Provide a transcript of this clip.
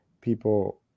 people